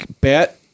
bet